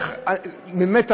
באמת,